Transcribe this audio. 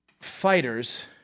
fighters